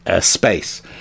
space